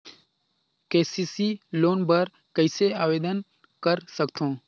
KCC loan बर कइसे आवेदन कर सकथव?